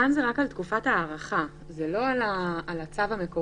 כאן זה רק על תקופת הארכה, ולא על הצו המקורי.